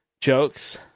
jokes